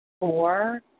four